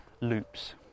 loops